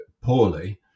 poorly